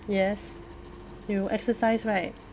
yes you exercise right